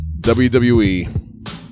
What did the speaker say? WWE